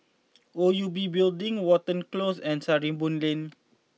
O U B Building Watten Close and Sarimbun Lane